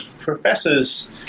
professors